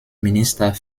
minister